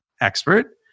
expert